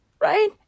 Right